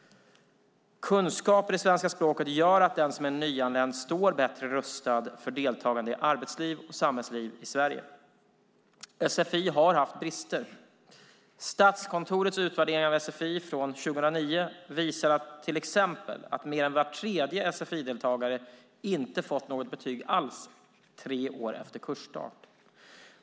Kunskaper i svenska språket gör att den som är nyanländ står bättre rustad för deltagande i arbetsliv och samhällsliv i Sverige. Sfi har haft brister. Statskontorets utvärdering av sfi från 2009 visade till exempel att mer än var tredje sfi-deltagare inte fått något betyg alls tre år efter kursstart.